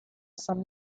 sam